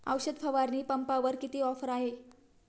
औषध फवारणी पंपावर किती ऑफर आहे?